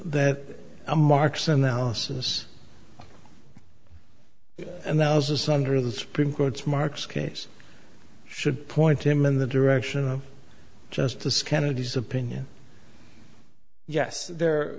that a marks in the houses and those asunder the supreme court's marks case should point him in the direction of justice kennedy's opinion yes there